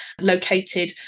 located